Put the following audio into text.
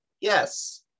Yes